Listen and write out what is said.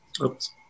Oops